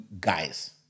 guys